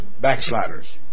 Backsliders